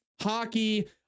hockey